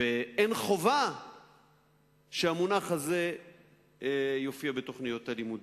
אין חובה שהמונח הזה יופיע בתוכניות הלימודים.